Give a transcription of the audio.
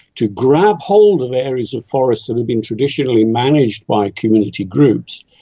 to grab hold of areas of forests that have been traditionally managed by community groups.